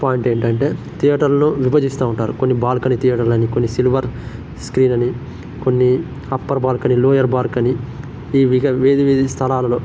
పాయింటేంటంటే థియేటర్లో విభజిస్తూ ఉంటారు కొన్ని బాల్కని థియేటర్లని కొన్ని సిల్వర్ స్క్రీనని కొన్ని అప్పర్ బాల్కని లోయర్ బాల్కని ఈ విహ వేరు వేరు స్థలాలలో